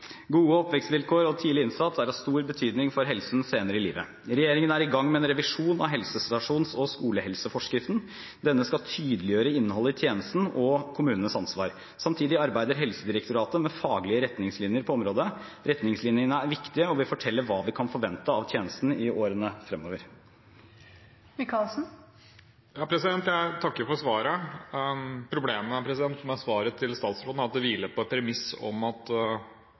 Gode oppvekstvilkår og tidlig innsats er av stor betydning for helsen senere i livet. Regjeringen er i gang med en revisjon av helsestasjons- og skolehelseforskriften. Denne skal tydeliggjøre innholdet i tjenesten og kommunenes ansvar. Samtidig arbeider Helsedirektoratet med faglige retningslinjer på området. Retningslinjene er viktige og vil fortelle hva vi kan forvente av tjenesten i årene fremover. Jeg takker for svaret. Problemet med svaret til statsråden er at det hviler på et premiss om at